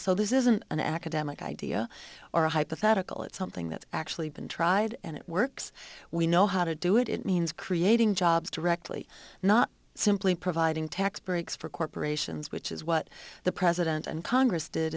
so this isn't an academic idea or a hypothetical it's something that's actually been tried and it works we know how to do it it means creating jobs directly not simply providing tax breaks for corporations which is what the president and congress did